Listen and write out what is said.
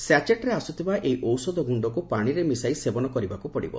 ସାଚେଟ୍ରେ ଆସ୍ତଥିବା ଏହି ଔଷଧ ଗ୍ରୁଷକୁ ପାଣିରେ ମିଶାଇ ସେବନ କରିବାକୁ ପଡ଼ିବ